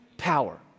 power